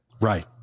Right